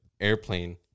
airplane